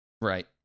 Right